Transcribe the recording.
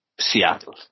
Seattle